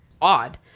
odd